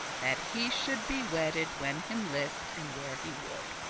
that he should be wedded when him list, and where he would.